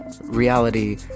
reality